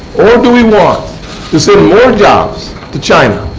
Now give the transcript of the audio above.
or do we want to send more jobs to china?